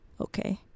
Okay